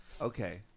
Okay